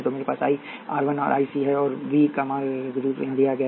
तो मेरे पास I r I l और I c है और v का मार्ग रूप यहां दिया गया है